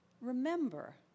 remember